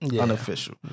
unofficial